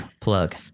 plug